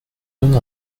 donne